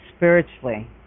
Spiritually